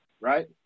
right